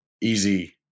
easy